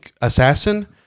assassin